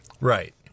Right